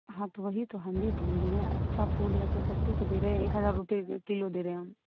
ہاں تو وہی تو ہم بھی بول رہے ہیں اچھا پھول ہے تو سستا تو دے رہے ہیں ایک ہزار روپئے کلو دے رہے ہیں ہم